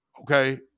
Okay